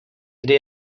kdy